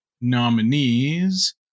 nominees